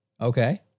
Okay